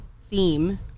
theme